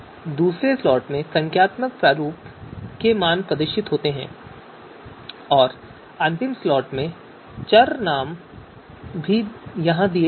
दूसरे स्लॉट में संख्यात्मक प्रारूप में मान प्रदर्शित होते हैं और अंतिम स्लॉट में चर नाम भी यहां दिए गए हैं